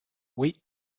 oui